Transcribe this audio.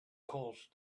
caused